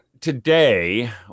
today